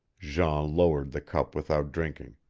jean lowered the cup without drinking.